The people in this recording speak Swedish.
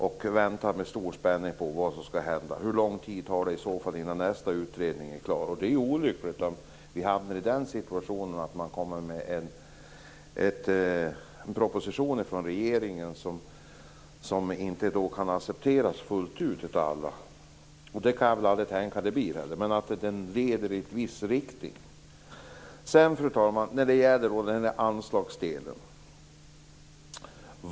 Vi väntar med stor spänning på vad som skall hända. Hur lång tid tar det i så fall innan nästa utredning är klar? Det är olyckligt om vi hamnar i en situation där det kommer en proposition från regeringen som inte kan accepteras fullt ut av alla. Så kan jag väl aldrig tänka mig att det blir heller, men utredningen leder i en viss riktning. Sedan, fru talman, vill jag ta upp anslagsdelen.